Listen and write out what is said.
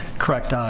correct.